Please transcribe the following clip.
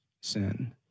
sin